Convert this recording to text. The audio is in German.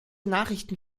nachrichten